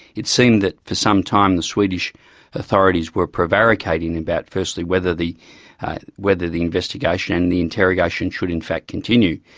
it seemed that for some time the swedish authorities were prevaricating about firstly whether the whether the investigation and the interrogation should in fact continue.